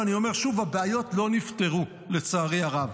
ואני אומר שוב, הבעיות לא נפתרו, לצערי הרב.